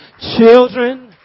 children